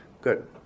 Good